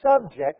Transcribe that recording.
subject